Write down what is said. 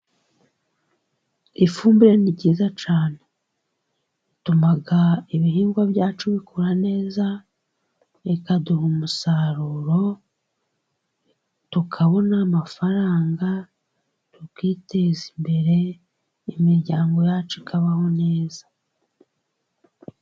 Ifumbire ni ryiza cyane . Rituma ibihingwa byacu bikura neza, ikaduha umusaruro tukabona amafaranga, tukiteza imbere imiryango yacu ikabaho neza.